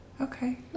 Okay